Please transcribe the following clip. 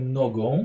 nogą